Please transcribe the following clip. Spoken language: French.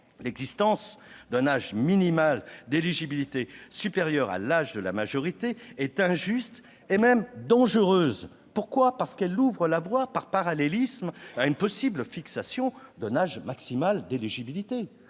L'existence d'un âge minimal d'éligibilité supérieur à l'âge de la majorité est injuste, voire dangereuse, car elle ouvre la voie par parallélisme à une possible fixation d'un âge maximal d'éligibilité.